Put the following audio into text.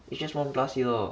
it's just one plus year